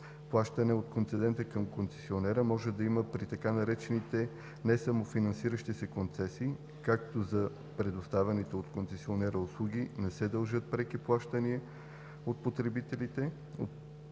Плащане от концедента към концесионера може да има при така наречените „несамофинансиращи се концесии“, когато за предоставяните от концесионера услуги не се дължат преки плащания от потребители